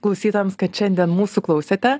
klausytojams kad šiandien mūsų klausėte